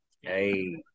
hey